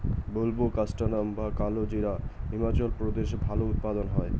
বুলবোকাস্ট্যানাম বা কালোজিরা হিমাচল প্রদেশে ভালো উৎপাদন হয়